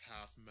half